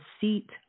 seat